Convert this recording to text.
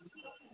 हूँ